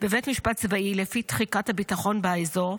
בבית משפט צבאי לפי תחיקת הביטחון באזור,